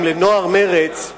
אם לנוער מרצ,